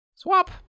Swap